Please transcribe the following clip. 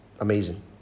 amazing